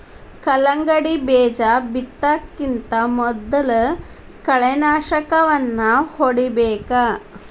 ಕಲ್ಲಂಗಡಿ ಬೇಜಾ ಬಿತ್ತುಕಿಂತ ಮೊದಲು ಕಳೆನಾಶಕವನ್ನಾ ಹೊಡಿಬೇಕ